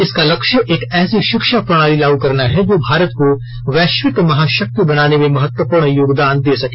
इसका लक्ष्य एक ऐसी शिक्षा प्रणाली लागू करना है जो भारत को वैश्विक महाशक्ति बनाने में महत्वपूर्ण योगदान दे सके